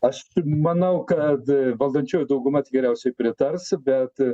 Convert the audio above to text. aš manau kad valdančioji dauguma tikriausiai pritars bet